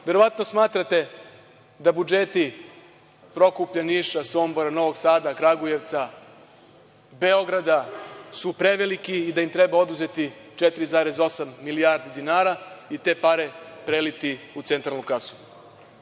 gradova. Verovatno smatrate da su budžeti Prokuplja, Niša, Sombora, Novog Sada, Kragujevca, Beograda preveliki i da im treba oduzeti 4,8 milijardi dinara i te pare preliti u centralnu kasu.